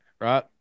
right